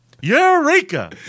Eureka